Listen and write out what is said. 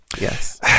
Yes